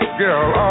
girl